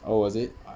oh is it